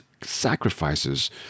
sacrifices